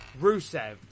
Rusev